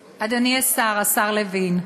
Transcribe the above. גרמן,